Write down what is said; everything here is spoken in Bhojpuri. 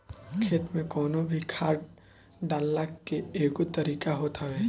खेत में कवनो भी खाद डालला के एगो तरीका होत हवे